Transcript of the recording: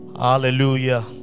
Hallelujah